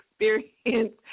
experience